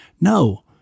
no